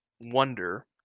wonder